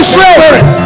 Spirit